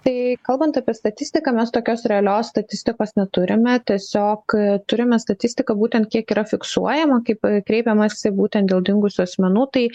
tai kalbant apie statistiką mes tokios realios statistikos neturime tiesiog turime statistiką būtent kiek yra fiksuojama kaip kreipiamasi būtent dėl dingusių asmenų tai